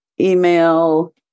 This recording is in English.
email